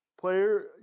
player